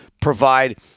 provide